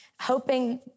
hoping